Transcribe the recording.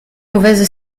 mauvaise